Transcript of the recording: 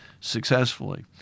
successfully